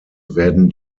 werden